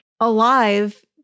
alive